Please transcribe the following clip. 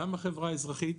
גם מהחברה האזרחית